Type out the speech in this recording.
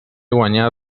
guanyà